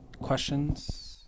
Questions